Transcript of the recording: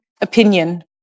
opinion